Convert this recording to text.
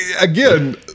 again